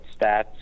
Stats